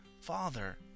father